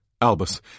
Albus